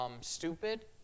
stupid